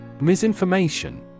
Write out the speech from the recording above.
Misinformation